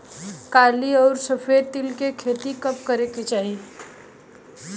काली अउर सफेद तिल के खेती कब करे के चाही?